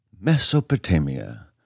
Mesopotamia